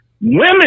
women